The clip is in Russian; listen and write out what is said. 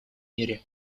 мире